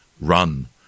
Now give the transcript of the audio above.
run